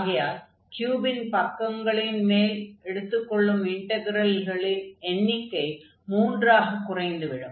ஆகையால் க்யூபின் பக்கங்களின் மேல் எடுத்துக் கொள்ளும் இன்டக்ரெல்களின் எண்ணிக்கை மூன்றாகக் குறைந்துவிடும்